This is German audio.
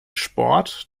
sport